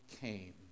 came